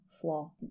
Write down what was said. flaw